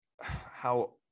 how-